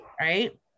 right